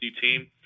team